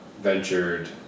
ventured